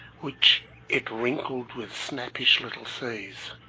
which it wrinkled with snappish little seas.